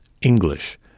English